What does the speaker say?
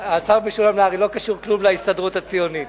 השר משולם נהרי, לא קשור להסתדרות הציונית.